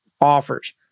offers